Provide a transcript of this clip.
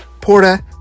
porta